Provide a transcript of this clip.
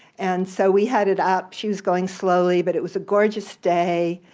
and so we headed up. she was going slowly, but it was a gorgeous day.